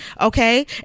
Okay